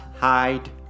hide